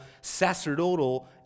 sacerdotal